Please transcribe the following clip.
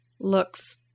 looks